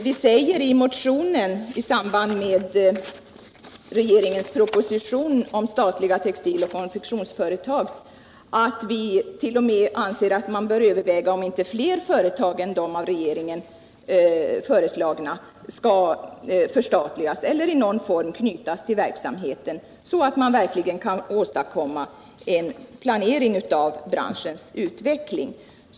Vi säger i motionen till regeringens proposition om statliga textiloch konfektionsföretag, att vi t.o.m. anser att man bör överväga om inte fler företag än de av regeringen föreslagna kan förstatligas eller i någon form knytas till verksamheten, så att man verkligen kan åstadkomma en planering av branschens utveckling.